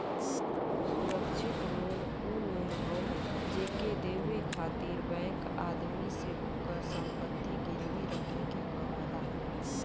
सुरक्षित लोन उ लोन हौ जेके देवे खातिर बैंक आदमी से ओकर संपत्ति गिरवी रखे के कहला